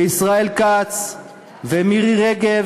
וישראל כץ ומירי רגב,